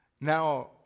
now